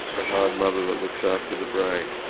the hard mother that looks after the brain.